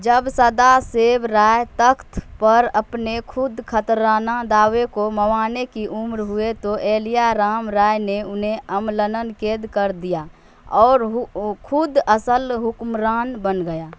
جب سداشیو راے تخت پر اپنے خود خترانہ دعوے کو موانے کی عمر ہوئے تو الیہ رام راے نے انھیں عملنن قید کر دیا اور خود اصل حکمران بن گیا